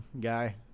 guy